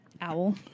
Owl